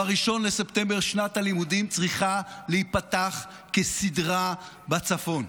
ב-1 בספטמבר שנת הלימודים צריכה להיפתח כסדרה בצפון.